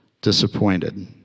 disappointed